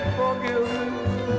forgiveness